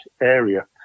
area